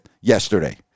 yesterday